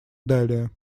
далее